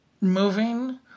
moving